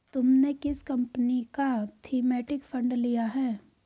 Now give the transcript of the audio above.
तुमने किस कंपनी का थीमेटिक फंड लिया है?